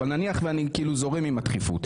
אבל נניח ואני זורם עם הדחיפות.